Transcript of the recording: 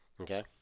Okay